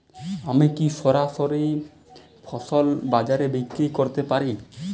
আমি কি সরাসরি ফসল বাজারে বিক্রি করতে পারি?